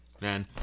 Man